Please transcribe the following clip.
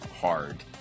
hard